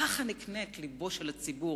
ככה נקנה את לבו של הציבור.